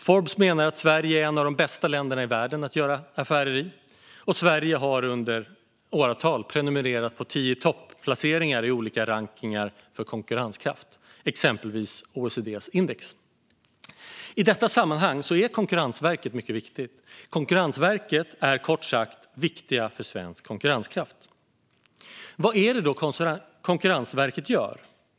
Forbes menar att Sverige är ett av de bästa länderna i världen att göra affärer i. Sverige har under åratal prenumererat på tio-i-topp-placeringar i olika rankningar för konkurrenskraft, exempelvis OECD:s index. I detta sammanhang är Konkurrensverket mycket viktigt. Konkurrensverket är kort sagt viktigt för svensk konkurrenskraft. Vad är det då Konkurrensverket gör?